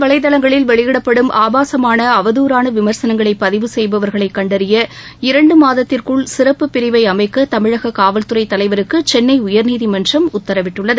வலைதளங்களில் வெளியிடப்படும் ஆபாசமான அவதூறான விம்சனங்களை பதிவு சுழக செய்பவர்களை கண்டறிய இரண்டு மாதத்திற்குள் சிறப்புப் பிரிவை அமைக்க தமிழக காவல்துறை தலைவருக்கு சென்னை உயர்நீதிமன்றம் உத்தரவிட்டுள்ளது